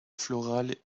floral